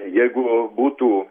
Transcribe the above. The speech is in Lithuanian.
jeigu būtų